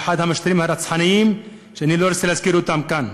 באחד מהמשטרים הרצחניים שאני לא רוצה להזכיר אותם כאן.